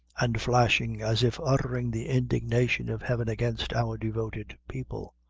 and flashing, as if uttering the indignation of heaven against our devoted people